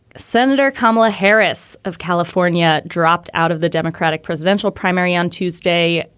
senator kamala harris of california dropped out of the democratic presidential primary on tuesday.